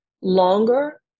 longer